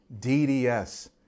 DDS